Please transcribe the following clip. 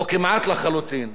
או כמעט לחלוטין,